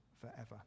forever